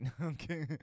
Okay